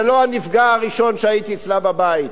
זה לא הנפגע הראשון שהייתי אצלו בבית.